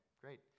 great